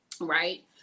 right